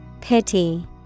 Pity